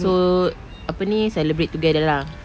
so apa ni celebrate together lah